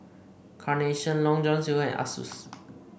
Carnation Long John Silver and Asus